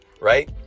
right